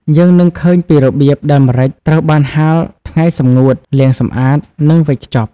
យើងនឹងឃើញពីរបៀបដែលម្រេចត្រូវបានហាលថ្ងៃសម្ងួត លាងសម្អាត និងវេចខ្ចប់ ។